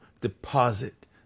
deposit